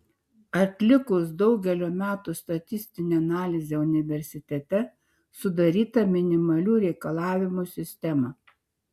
atlikus daugelio metų statistinę analizę universitete sudaryta minimalių reikalavimų sistema